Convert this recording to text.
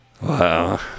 Wow